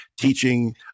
teaching